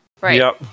Right